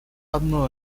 одно